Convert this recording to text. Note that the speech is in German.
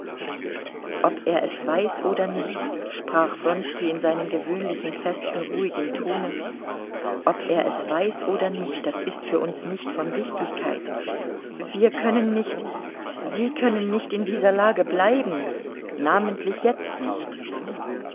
ob er es weiß oder nicht sprach wronski in seinem gewöhnlichen festen ruhigen tone ob er es weiß oder nicht das ist für uns nicht von wichtigkeit wir können nicht sie können nicht in dieser lage bleiben namentlich jetzt nicht